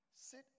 sit